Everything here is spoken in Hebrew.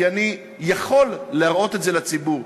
כי אני יכול להראות את זה לציבור.